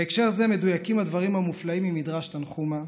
בהקשר זה מדויקים הדברים המופלאים ממדרש תנחומא: